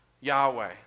Yahweh